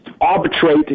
arbitrate